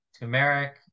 turmeric